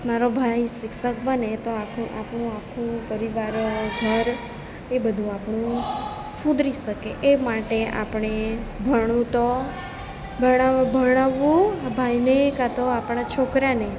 મારો ભાઈ શિક્ષક બને તો આપણું આપણું આખો પરિવાર ઘર એ બધું આપણું સુધરી શકે એ માટે આપણે ભણવું તો ભણા ભણાવવું ભાઈને કાં તો આપણાં છોકરાને